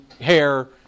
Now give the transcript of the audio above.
hair